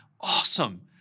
awesome